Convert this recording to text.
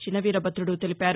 చినవీరభద్రుడు తెలిపారు